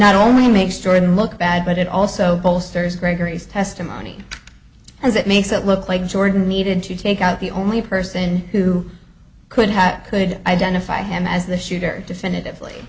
not only makes jordan look bad but it also bolsters gregory's testimony as it makes it look like jordan needed to take out the only person who could have could identify him as the shooter definitively